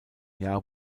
jahr